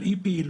על אי פעילות,